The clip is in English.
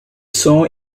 saw